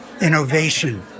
innovation